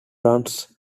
runs